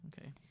okay